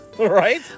Right